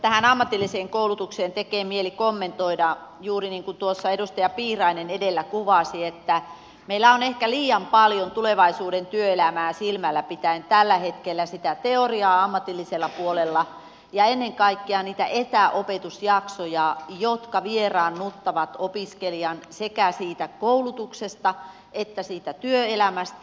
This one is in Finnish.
tähän ammatilliseen koulutukseen tekee mieli kommentoida juuri niin kuin tuossa edustaja piirainen edellä kuvasi että meillä on tulevaisuuden työelämää silmällä pitäen ehkä liian paljon tällä hetkellä sitä teoriaa ammatillisella puolella ja ennen kaikkea niitä etäopetusjaksoja jotka vieraannuttavat opiskelijan sekä siitä koulutuksesta että siitä työelämästä